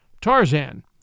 Tarzan